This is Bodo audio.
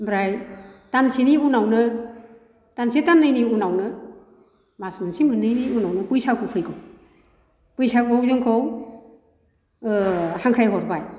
ओमफ्राय दानसेनि उनावनो दानसे दाननैनि उनावनो मास मोनसे मोननैनि उनावनो बैसागु फैगौ बैसागुआव जोंखौ हांख्राइहरबाय